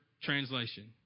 translation